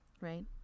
right